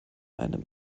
einem